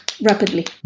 rapidly